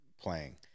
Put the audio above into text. playing